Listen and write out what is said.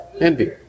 Envy